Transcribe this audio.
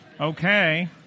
Okay